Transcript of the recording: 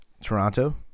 Toronto